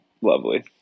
lovely